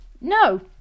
No